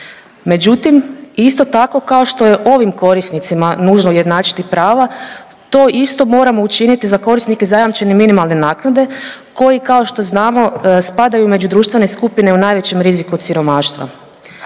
Međutim, isto tako kao što je ovim korisnicima nužno ujednačiti prava to isto moramo učiniti za korisnike zajamčene minimalne naknade koji kao što znamo spadaju među društvene skupine u najvećem riziku od siromaštva.